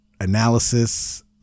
analysis